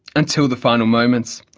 until the final moments.